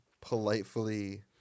politely